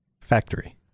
Factory